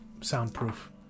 soundproof